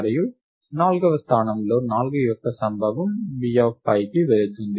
మరియు నాల్గవ స్థానంలో 4 యొక్క సంభవం B5 కి వెళుతుంది